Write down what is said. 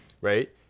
Right